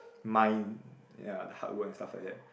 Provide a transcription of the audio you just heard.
mind ya the hard work and stuff like that